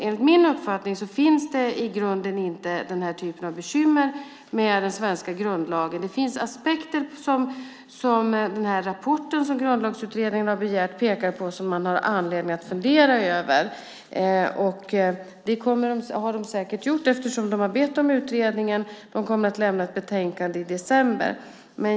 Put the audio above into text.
Enligt min uppfattning finns det i grunden inte den här typen av bekymmer med den svenska grundlagen. Det finns aspekter som den rapport som Grundlagsutredningen har begärt pekar på och som man har anledning att fundera över. Det har de säkert gjort eftersom de har bett om utredning, och de kommer att lämna ett betänkande i december.